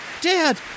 Dad